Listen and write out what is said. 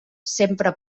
sempre